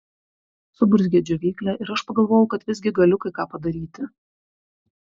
suburzgia džiovyklė ir aš pagalvoju kad visgi galiu kai ką padaryti